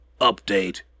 update